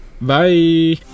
bye